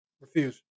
Refuse